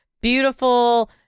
beautiful